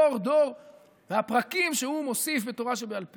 דור-דור והפרקים שהוא מוסיף בתורה שבעל פה.